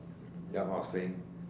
ya I was saying